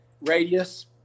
radius